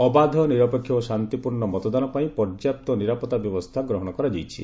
ଅବାଧ ନିରପେକ୍ଷ ଓ ଶାନ୍ତିପୂର୍ଣ୍ଣ ମତଦାନ ପାଇଁ ପର୍ଯ୍ୟାପ୍ତ ନିରାପତ୍ତା ବ୍ୟବସ୍ଥା ଗ୍ରହଣ କରାଯାଇଛି